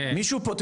מישהו פה,